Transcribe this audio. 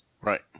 Right